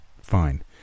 Fine